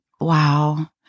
Wow